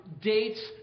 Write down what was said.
dates